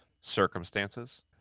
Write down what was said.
circumstances